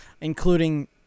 including